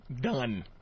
done